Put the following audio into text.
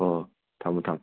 ꯑꯣ ꯑꯣ ꯊꯝꯃꯣ ꯊꯝꯃꯣ